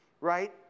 right